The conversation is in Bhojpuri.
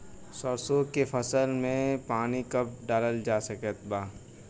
सरसों के फसल में पानी कब डालल जा सकत बा?